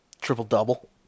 Triple-double